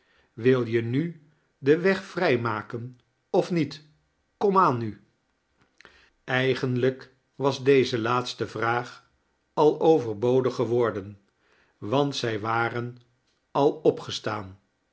wil je nu den weg vrij maken of niet komaan nu eigenlijk was deze laatste vraag al overbodig geworden want zij waren al opgestaan